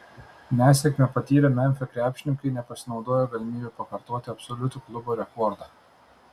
nesėkmę patyrę memfio krepšininkai nepasinaudojo galimybe pakartoti absoliutų klubo rekordą